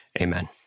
Amen